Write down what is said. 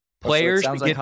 Players